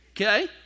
okay